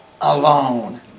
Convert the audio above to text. alone